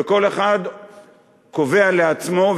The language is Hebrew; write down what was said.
וכל אחד קובע לעצמו,